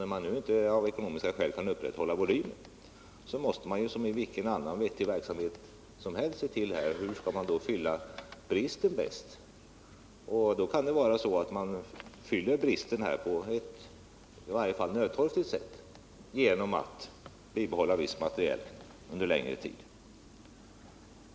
När man nu av ekonomiska skäl inte kan upprätthålla volymen måste man som i vilken annan verksamhet som helst se till vad man bäst kan fylla bristen med. Då kan det vara så att man fyller bristen på ett i varje fall nödtorftigt sätt genom att bibehålla viss materiel under längre tid.